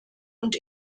und